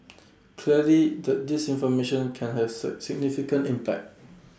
clearly the disinformation can have significant impact